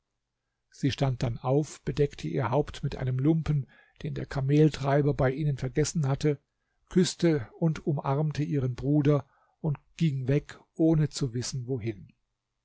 sie stand dann auf bedeckte ihr haupt mit einem lumpen den der kameltreiber bei ihnen vergessen hatte küßte und umarmte ihren bruder und ging weg ohne zu wissen wohin